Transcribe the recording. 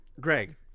Greg